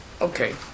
Okay